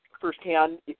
firsthand